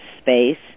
space